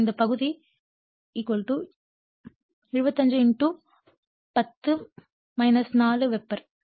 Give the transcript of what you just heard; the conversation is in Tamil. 5 இந்த பகுதிக்கு 75 10 4 வெபர்